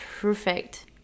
perfect